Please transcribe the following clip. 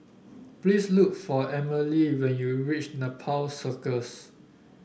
please look for Amalie when you reach Nepal Circus